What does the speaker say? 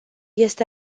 este